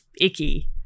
icky